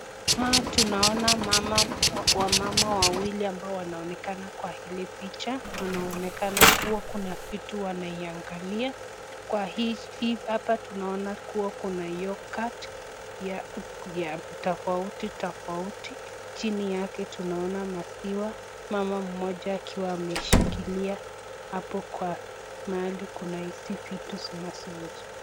Hapa tunaona wamama wawili ambao wanaonekana kwa hili picha, wanaonekana kuwa kuna vitu wanaiangalia . Hapa tunaona kuwa kuna yoghurt tofauti tofauti, chini yake tunaona maziwa mama mmoja akiwa ameshikilia hapo kwa mahali kuna hizi vitu zinazouzwa.